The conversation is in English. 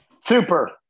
Super